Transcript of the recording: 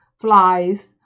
flies